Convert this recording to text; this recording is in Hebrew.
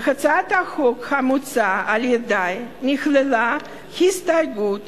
בהצעת החוק המוצעת על-ידי נכללה הסתייגות